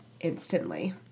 instantly